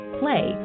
play